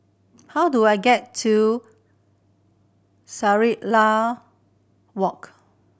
how do I get to Shangri La Walk